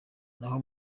naho